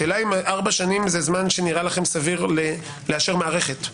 השאלה אם ארבע שנים זה זמן שנראה לכם סביר לאשר מערכת.